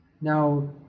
Now